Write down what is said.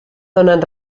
donen